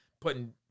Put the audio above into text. putting